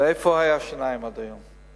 ואיפה היו השיניים עד היום?